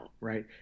right